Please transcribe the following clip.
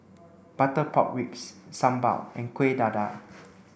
butter pork ribs Sambal and Kuih Dadar